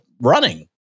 running